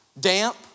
damp